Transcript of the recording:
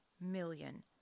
million